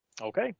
Okay